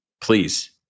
please